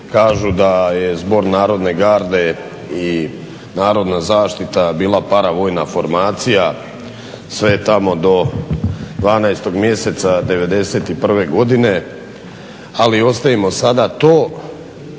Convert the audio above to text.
kažu da je zbor narodne garde i narodna zaštita bila paravojna formacija, sve je tamo do 12. mjeseca 1991. godine, ali ostavimo sada to.